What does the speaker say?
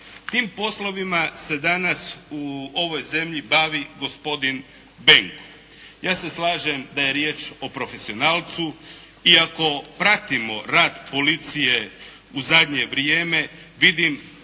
Tim poslovima se danas u ovoj zemlji bavi gospodin Benko. Ja se slažem da je riječ o profesionalcu iako pratimo rad policije u zadnje vrijeme vidim